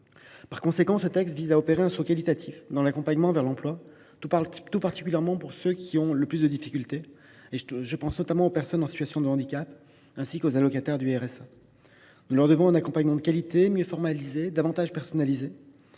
Par conséquent, il vise à opérer un saut qualitatif dans l’accompagnement vers l’emploi, tout particulièrement pour ceux qui ont le plus de difficultés je pense notamment aux personnes en situation de handicap et aux bénéficiaires du RSA. Nous leur devons un accompagnement de qualité, mieux formalisé et davantage personnalisé.